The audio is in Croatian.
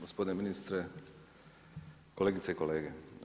Gospodine ministre, kolegice i kolege.